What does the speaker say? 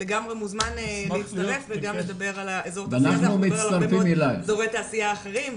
אתה מוזמן להצטרף וגם לדבר על אזור התעשייה הזה.